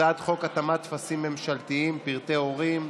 הצעת חוק התאמת טפסים ממשלתיים (פרטי הורים),